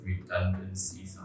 redundancy